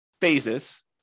phases